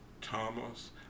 Thomas